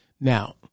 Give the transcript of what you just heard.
Now